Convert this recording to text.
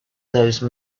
those